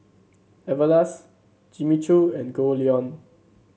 Everlast Jimmy Choo and Goldlion